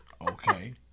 Okay